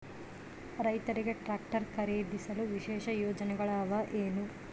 ರೈತರಿಗೆ ಟ್ರಾಕ್ಟರ್ ಖರೇದಿಸಲು ವಿಶೇಷ ಯೋಜನೆಗಳು ಅವ ಏನು?